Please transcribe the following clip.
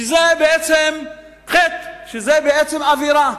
שזה בעצם חטא, שזאת בעצם עבירה.